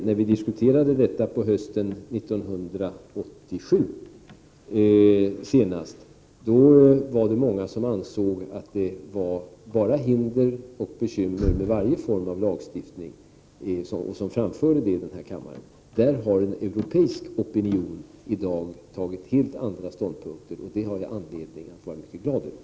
När vi diskuterade detta, senast på hösten 1987, var det många som ansåg och framförde i denna kammare att det bara var till hinder och bekymmer med varje form av lagstiftning. Där har en europeisk opinion i dag intagit helt andra ståndpunkter, och det har jag anledning att vara mycket glad över.